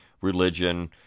religion